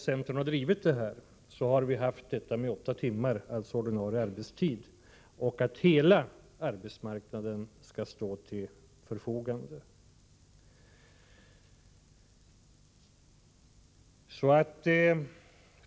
Centern har under hela denna tid haft kvar kravet på åtta timmars ordinarie arbetstid och sagt att hela arbetsmarknaden skall stå till människors förfogande.